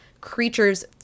creatures